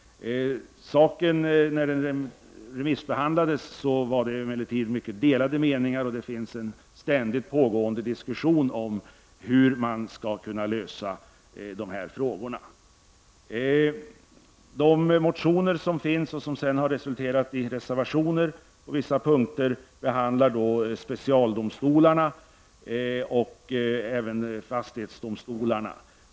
Vid remissbehandlingen visade det sig emellertid att det fanns delade meningar. Det pågår ständigt en diskussion om hur man skall kunna lösa de här frågorna. I de motioner som finns och som senare har på vissa punkter resulterat i reservationer behandlas specialdomstolarna och fastighetsdomstolarna.